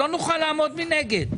לא נוכל לעמוד מנגד.